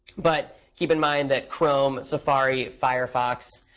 but keep in mind that chrome, safari, firefox,